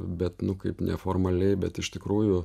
bet nu kaip neformaliai bet iš tikrųjų